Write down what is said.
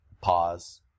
Pause